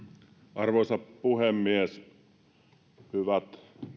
arvoisa puhemies hyvät